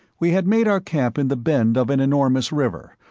we had made our camp in the bend of an enormous river,